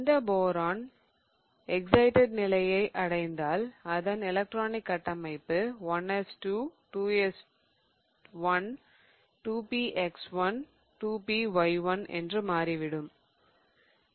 இந்த boron excited நிலையை அடைந்தால் அதன் எலக்ட்ரானிக் கட்டமைப்பு 1s2 2s1 2px1 2py1 என்று மாறி விடுகிறது